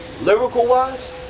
lyrical-wise